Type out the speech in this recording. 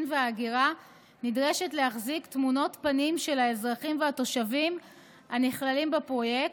וההגירה נדרשת להחזיק תמונות פנים של האזרחים והתושבים הנכללים בפרויקט,